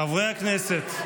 חברי הכנסת.